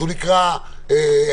אז הוא נקרא אדום?